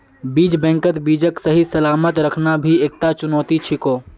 बीज बैंकत बीजक सही सलामत रखना भी एकता चुनौती छिको